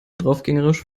draufgängerisch